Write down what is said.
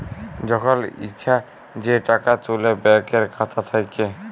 যখল ইছা যে টাকা তুলে ব্যাংকের খাতা থ্যাইকে